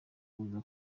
kuza